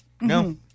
No